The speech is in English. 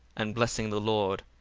and blessing the lord.